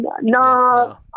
no